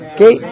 Okay